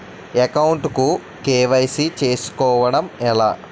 Account కు KYC చేసుకోవడం ఎలా?